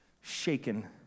shaken